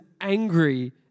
angry